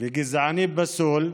וגזעני פסול.